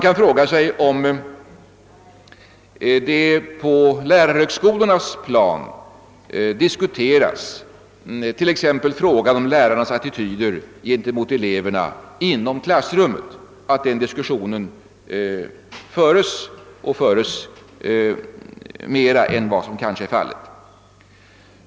Man frågar sig om det vid lärarhögskolorna diskuteras t.ex. lärarnas attityder gentemot eleverna inom klassrummen. En sådan diskussion bör föras mera än vad som kanske är fallet.